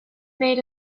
made